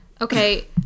Okay